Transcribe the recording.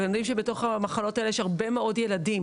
ואנחנו יודעים שבתוך המחלות האלה יש הרבה מאוד ילדים